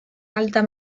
alta